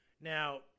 Now